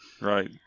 Right